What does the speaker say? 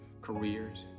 careers